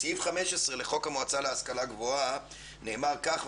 בסעיף 15 בחוק המועצה להשכלה גבוהה נאמר כך: